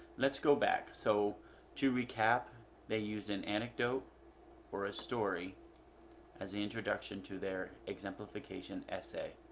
let's go back, so to recap they used an anecdote or a story as the introduction to their exemplification essay.